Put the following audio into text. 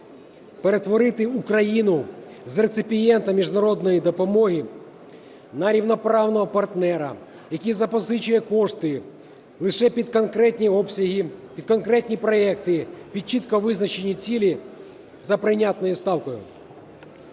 перетворити Україну з реципієнта міжнародної допомоги на рівноправного партнера, який запозичує кошти лише під конкретні обсяги, під конкретні проекти, під чітко визначені цілі за прийнятною ставкою.